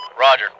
Roger